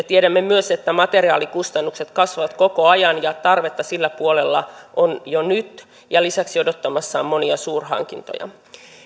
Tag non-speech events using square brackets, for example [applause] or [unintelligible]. [unintelligible] tiedämme myös että materiaalikustannukset kasvavat koko ajan ja tarvetta sillä puolella on jo nyt lisäksi odottamassa on monia suurhankintoja